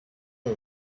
are